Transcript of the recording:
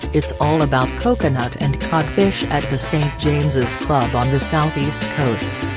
it's all about coconut and codfish at the st. james's club on the southeast coast.